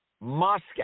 Moscow